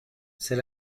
c’est